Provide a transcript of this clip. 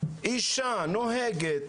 אישה נוהגת,